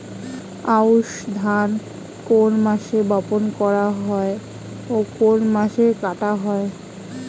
আউস ধান কোন মাসে বপন করা হয় ও কোন মাসে কাটা হয়?